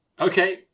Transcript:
Okay